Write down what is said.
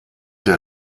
der